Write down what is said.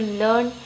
learn